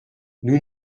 nous